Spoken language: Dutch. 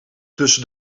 tussen